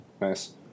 nice